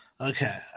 Okay